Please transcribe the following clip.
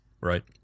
right